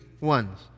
ones